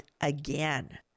again